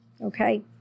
Okay